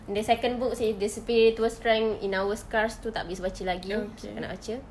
the second book says the spear to strength in our stars itu tak habis baca lagi I nak baca